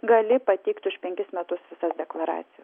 gali pateikti už penkis metus visas deklaracijas